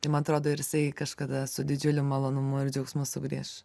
tai man atrodo ir jisai kažkada su didžiuliu malonumu ir džiaugsmu sugrįš